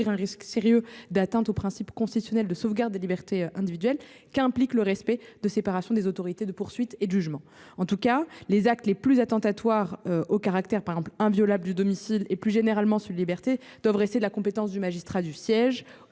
un risque sérieux d’atteinte au principe constitutionnel de sauvegarde des libertés individuelles, qui implique le respect de la séparation des autorités de poursuite et de jugement. Les actes les plus attentatoires au caractère inviolable du domicile et, plus généralement, aux libertés doivent rester de la compétence du magistrat du siège,